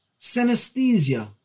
synesthesia